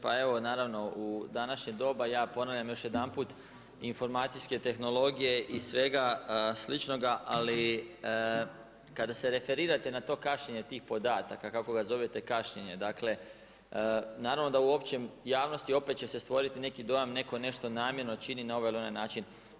Pa evo naravno u današnje doba ja ponavljam još jedanput informacijske tehnologije i svega sličnoga ali kada se referirate na to kašnjenje tih podataka kako ga zovete kašnjenje, dakle naravno da u općoj javnosti opet će se stvoriti neki dojam neko nešto namjerno čini na ovaj ili na onaj način.